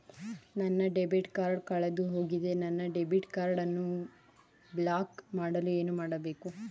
ನನ್ನ debit card ಕಳೆದುಹೋಗಿದೆ ನನ್ನ ಡೆಬಿಟ್ ಕಾರ್ಡ್ ಅನ್ನು ಬ್ಲಾಕ್ ಮಾಡಲು ಏನು ಮಾಡಬೇಕು?